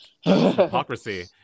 hypocrisy